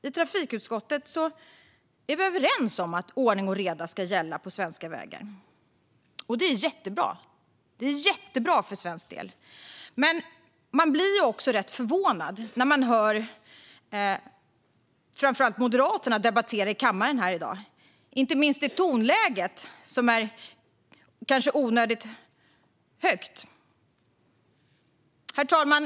I trafikutskottet är vi överens om att ordning och reda ska gälla på svenska vägar, och det är jättebra för svensk del. Men man blir rätt förvånad när man hör framför allt Moderaterna debattera här i kammaren i dag. Inte minst är tonläget kanske onödigt högt. Herr talman!